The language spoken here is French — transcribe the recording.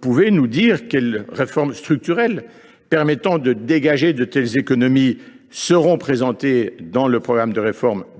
pouvez vous nous indiquer quelles réformes structurelles permettant de dégager de telles économies seront présentées dans le programme de réformes